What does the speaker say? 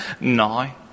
now